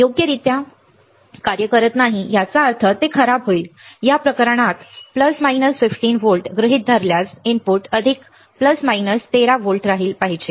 योग्यरित्या कार्य करत नाही याचा अर्थ ते खराब होईल या प्रकरणात अधिक वजा 15 व्होल्ट्स गृहीत धरल्यास इनपुट खाली वजा 13 व्होल्ट खाली राहिले पाहिजे